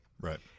Right